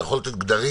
אתה יכול לתת גדרים.